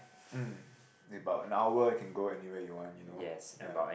hmm about an hour you can go anywhere you want you know ya